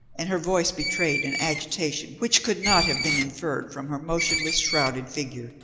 and her voice betrayed an agitation which could not have been inferred from her motionless shrouded figure.